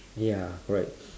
ya correct